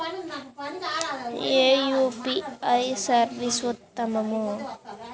ఏ UPI service ఉత్తమము?